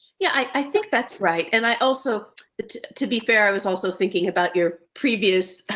yeah, i think that's right and i also to be fair, i was also thinking about your previous,